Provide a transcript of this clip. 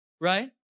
right